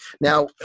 Now